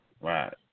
Right